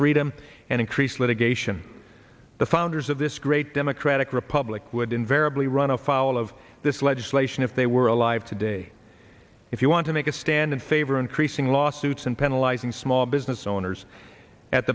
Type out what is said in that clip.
freedom and increase litigation the founders of this great democratic republic would invariably run afoul of this legislation if they were alive today if you want to make a stand in favor increasing lawsuits and penalize and small business owners at